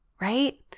Right